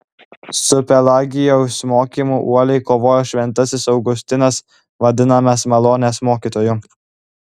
su pelagijaus mokymu uoliai kovojo šventasis augustinas vadinamas malonės mokytoju